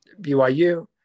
BYU